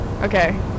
Okay